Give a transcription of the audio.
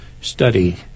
study